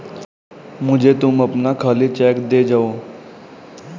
मुझे तुम अपना खाली चेक दे जाओ